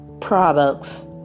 products